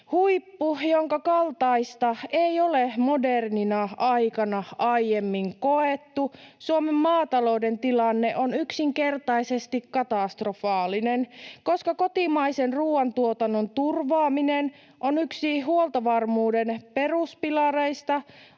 huippu, jonka kaltaista ei ole modernina aikana aiemmin koettu. Suomen maatalouden tilanne on yksinkertaisesti katastrofaalinen. Koska kotimaisen ruuantuotannon turvaaminen on yksi huoltovarmuuden peruspilareista,